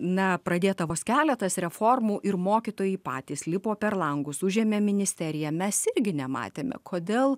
na pradėta vos keletas reformų ir mokytojai patys lipo per langus užėmė ministeriją mes irgi nematėme kodėl